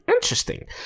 Interesting